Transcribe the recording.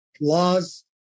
laws